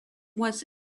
was